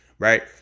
right